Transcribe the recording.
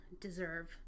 deserve